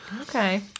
Okay